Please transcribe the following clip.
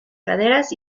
praderas